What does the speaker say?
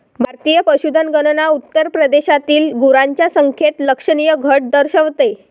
भारतीय पशुधन गणना उत्तर प्रदेशातील गुरांच्या संख्येत लक्षणीय घट दर्शवते